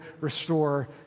restore